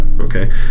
Okay